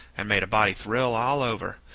and made a body thrill all over,